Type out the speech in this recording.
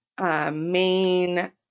main